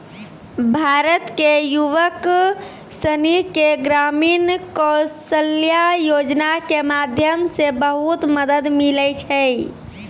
भारत के युवक सनी के ग्रामीण कौशल्या योजना के माध्यम से बहुत मदद मिलै छै